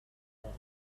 world